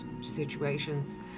situations